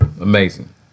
Amazing